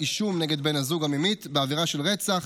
אישום נגד בן הזוג הממית בעבירה של רצח,